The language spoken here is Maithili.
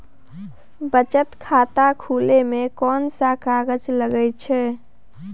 बचत खाता खुले मे कोन सब कागज लागे छै?